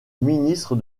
ministre